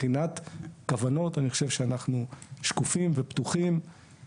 מבחינת כוונות אני חושב שאנחנו שקופים ופתוחים,